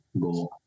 go